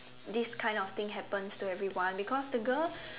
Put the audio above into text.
this kind of thing happens to everyone because the girl